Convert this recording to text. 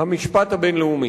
המשפט הבין-לאומי.